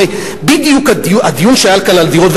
הרי בדיוק הדיון שהיה כאן על דירות,